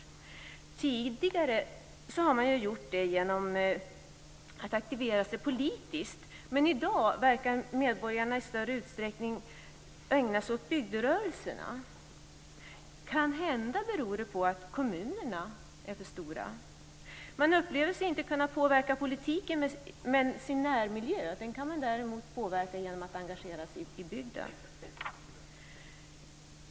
Tidigare har man gjort det genom att aktivera sig politiskt, men i dag verkar medborgarna i större utsträckning ägna sig åt bygderörelserna. Kanhända beror det på att kommunerna är för stora. Man upplever sig inte kunna påverka politiken, men sin närmiljö kan man påverka genom att engagera sig i bygden.